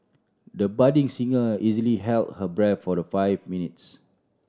the budding singer easily held her breath for the five minutes